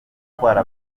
gutwara